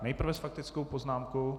Nejprve s faktickou poznámkou.